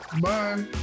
Bye